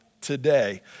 today